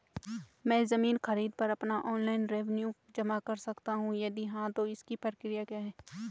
मैं ज़मीन खरीद पर अपना ऑनलाइन रेवन्यू जमा कर सकता हूँ यदि हाँ तो इसकी प्रक्रिया क्या है?